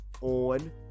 on